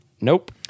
Nope